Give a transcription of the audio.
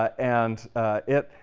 and it